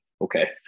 okay